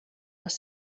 les